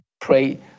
pray